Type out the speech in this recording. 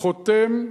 חותם,